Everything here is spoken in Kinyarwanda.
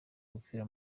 gupfira